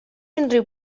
unrhyw